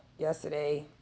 Yesterday